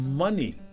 money